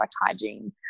hygiene